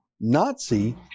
Nazi